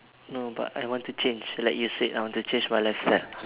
no but I want to change like you said I want to change my lifestyle